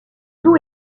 dos